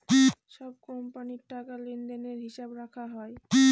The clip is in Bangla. সব কোম্পানির টাকা লেনদেনের হিসাব করা হয়